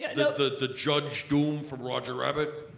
yeah and the the judge doom from roger rabbit?